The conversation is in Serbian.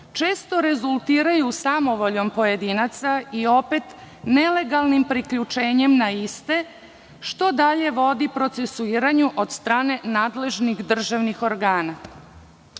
često rezultirali samovoljom pojedinaca i opet nelegalnim priključenjem na iste, što dalje vodi procesuiranju od strane nadležnih državnih organa.